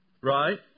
Right